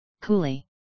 coolly